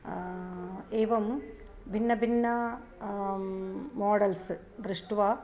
एवं भिन्न भिन्न मोडल्स् दृष्ट्वा